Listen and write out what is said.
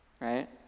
right